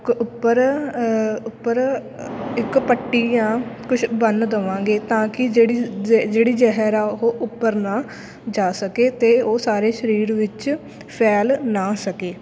ਕ ਉੱਪਰ ਉੱਪਰ ਇੱਕ ਪੱਟੀ ਜਾਂ ਕੁਛ ਬੰਨ ਦੇਵਾਂਗੇ ਤਾਂ ਕਿ ਜਿਹੜੀ ਜਿਹੜੀ ਜ਼ਹਿਰ ਆ ਉਹ ਉੱਪਰ ਨਾ ਜਾ ਸਕੇ ਅਤੇ ਉਹ ਸਾਰੇ ਸਰੀਰ ਵਿੱਚ ਫੈਲ ਨਾ ਸਕੇ